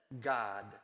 God